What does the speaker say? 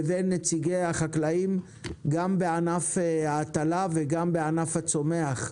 לבין נציגי החקלאים גם בענף ההטלה וגם בענף הצומח.